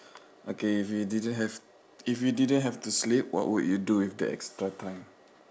okay if you didn't have if you didn't have to sleep what would you do with the extra time